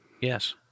Yes